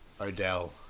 Odell